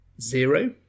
Zero